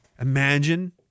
Imagine